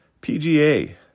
PGA